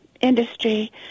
industry